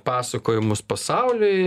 pasakojimus pasauliui